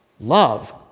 Love